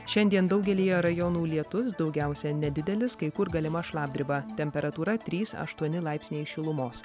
šiandien daugelyje rajonų lietus daugiausia nedidelis kai kur galima šlapdriba temperatūra trys aštuoni laipsniai šilumos